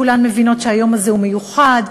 כולן מבינות שהיום הזה הוא מיוחד.